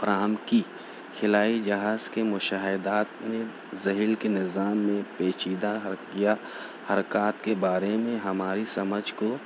فراہم کی خلائی جہاز کے مشاہدات نے زحیل کے نظام میں پیچیدہ حرکیا حرکات کے بارے میں ہماری سمجھ کو